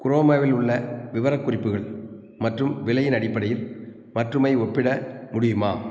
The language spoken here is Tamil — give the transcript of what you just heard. குரோமாவில் உள்ள விவரக்குறிப்புகள் மற்றும் விலையின் அடிப்படையில் மற்றுமை ஒப்பிட முடியுமா